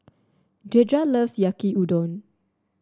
Dedra loves Yaki Udon